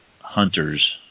hunters